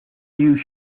you